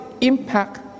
impact